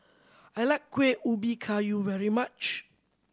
I like Kuih Ubi Kayu very much